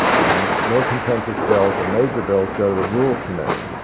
again, more contentious bills or major bills go to the rules committee.